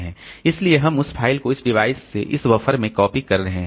इसलिए हम इस फाइल को इस डिवाइस से इस बफर में कॉपी कर रहे हैं